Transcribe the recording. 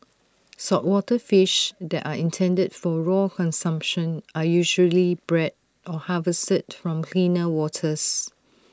saltwater fish that are intended for raw consumption are usually bred or harvested from cleaner waters